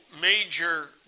major